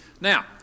Now